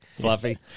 Fluffy